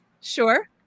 Sure